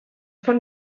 von